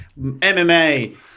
MMA